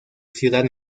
ciudad